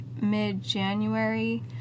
mid-january